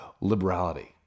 liberality